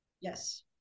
Yes